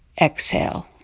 Exhale